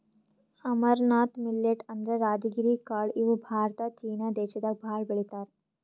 amaranth millet ಅಂದ್ರ ರಾಜಗಿರಿ ಕಾಳ್ ಇವ್ ಭಾರತ ಚೀನಾ ದೇಶದಾಗ್ ಭಾಳ್ ಬೆಳಿತಾರ್